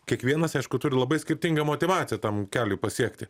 kiekvienas aišku turi labai skirtingą motyvaciją tam keliui pasiekti